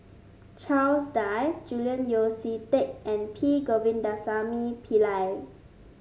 Charles Dyce Julian Yeo See Teck and P Govindasamy Pillai